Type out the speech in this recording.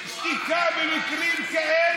עדיפה שתיקה במקרים כאלה.